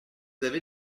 avez